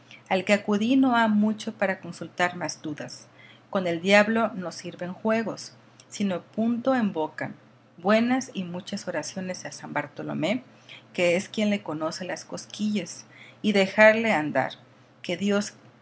al que acudí no ha mucho para consultar más dudas con el diablo no sirven juegos sino punto en boca buenas y muchas oraciones a san bartolomé que es quien le conoce las cosquillas y dejarle andar que dios